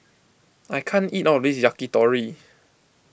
I can't eat all of this Yakitori